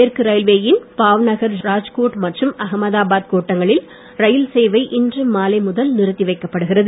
மேற்கு ரயில்வேயின் பாவ்நகர் ராஜ்கோர்ட் மற்றும் அகமதாபாத் கோட்டங்களில் ரயில் சேவை இன்று மாலை முதல் நிறுத்தி வைக்கப்படுகிறது